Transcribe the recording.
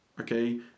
Okay